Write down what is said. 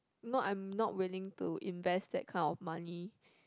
not I'm not willing to invest that kind of money